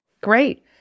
Great